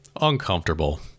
Uncomfortable